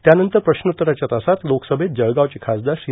त्यानंतर प्रश्नोतराच्या तासात लोकसभेत जळगावचे खासदार श्री